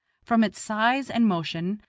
from its size and motion,